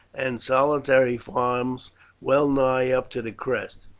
and solitary farms well nigh up to the crest.